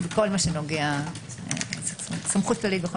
סמכות כללית.